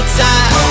time